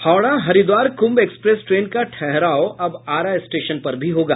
Howrah Haridwar Kumbh express train का ठहराव अब आरा स्टेशन पर भी होगा